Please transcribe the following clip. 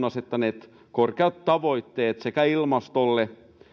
asettaneet korkeat tavoitteet sekä ilmastolle